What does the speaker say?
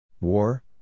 War